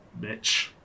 bitch